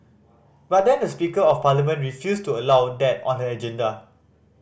but then the speaker of parliament refused to allow that on the agenda